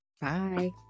Bye